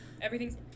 everything's